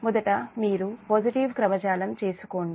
మొదట మీరు పాజిటివ్ క్రమ జాలం చేసుకోండి